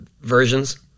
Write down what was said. versions